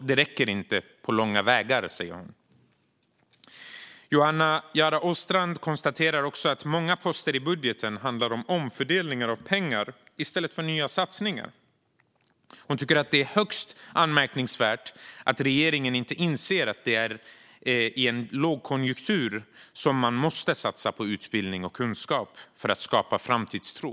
De räcker inte på långa vägar. Johanna Jaara Åstrand konstaterar också att många poster i budgeten handlar om omfördelningar av pengar i stället för nya satsningar. Hon tycker att det är högst anmärkningsvärt att regeringen inte inser att det är i en lågkonjunktur som man måste satsa på utbildning och kunskap för att skapa framtidstro.